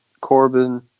Corbin